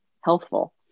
healthful